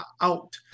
out